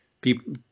people